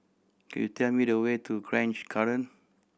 could you tell me the way to Grange Garden